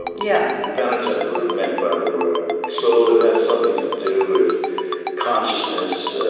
ah yeah penitent would've meant by the word. soul it has something to do with consciousness,